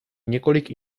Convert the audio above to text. několik